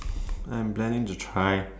I'm planning to try